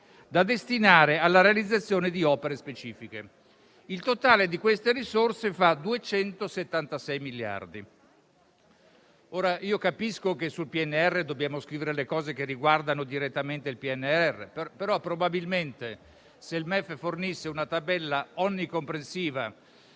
da destinare alla realizzazione di opere specifiche. Il totale di queste risorse fa 276 miliardi. Capisco che sul PNRR dobbiamo scrivere le cose che riguardano direttamente il PNRR, però probabilmente se il Ministero dell'economia